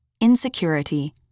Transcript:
insecurity